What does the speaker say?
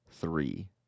three